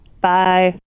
Bye